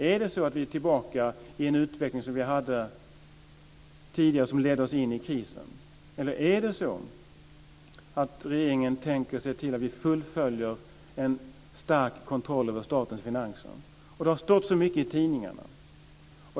Är det så att vi är tillbaka i en utveckling som vi hade tidigare, som ledde oss in i krisen? Är det så att regeringen tänker se till att vi behåller en stark kontroll över statens finanser? Det har stått så mycket i tidningarna.